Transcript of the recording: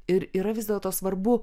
ir yra vis dėlto svarbu